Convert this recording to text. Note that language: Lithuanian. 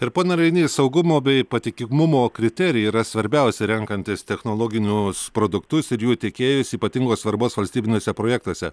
ir pone rainy saugumo bei patikimumo kriterijai yra svarbiausi renkantis technologinius produktus ir jų tiekėjus ypatingos svarbos valstybiniuose projektuose